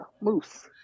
Moose